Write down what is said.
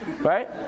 right